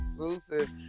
exclusive